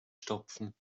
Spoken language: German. stopfen